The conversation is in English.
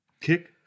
Kick